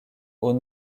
aux